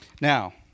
Now